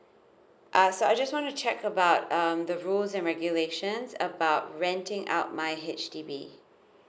uh so I just want to check about um the rules and regulations about renting out my H_D_B